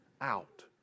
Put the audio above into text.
out